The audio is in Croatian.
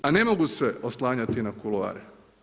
A ne mogu se oslanjati na kuloare.